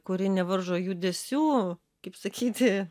kuri nevaržo judesių kaip sakyti